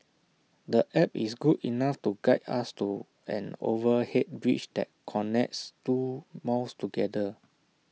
the app is good enough to guide us to an overhead bridge that connects two malls together